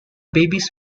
babies